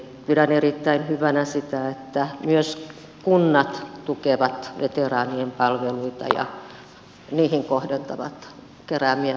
pidän erittäin hyvänä sitä että myös kunnat tukevat veteraanien palveluita ja niihin kohdentavat keräämiään verorahoja